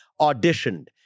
auditioned